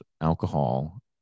alcohol